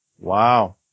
Wow